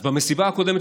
אז במסיבה הקודמת,